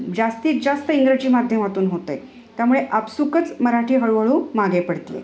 जास्तीत जास्त इंग्रजी माध्यमातून होत आहे त्यामुळे आपसुकच मराठी हळूहळू मागे पडते आहे